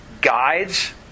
guides